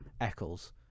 Eccles